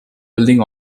building